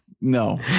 No